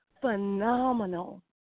phenomenal